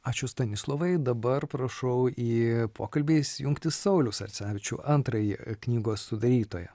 ačiū stanislovai dabar prašau į pokalbį įsijungti saulių sarcevičių antrąjį knygos sudarytoją